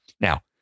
Now